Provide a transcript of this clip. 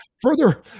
Further